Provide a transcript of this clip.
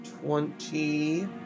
twenty